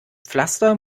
pflaster